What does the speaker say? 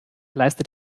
leistet